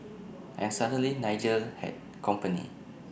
and suddenly Nigel had company